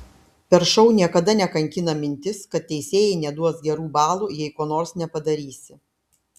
per šou niekada nekankina mintis kad teisėjai neduos gerų balų jei ko nors nepadarysi